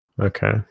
Okay